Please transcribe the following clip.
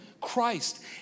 Christ